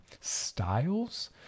styles